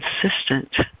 consistent